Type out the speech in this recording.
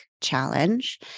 challenge